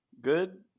Good